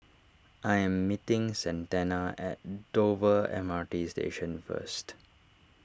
I am meeting Santana at Dover M R T Station first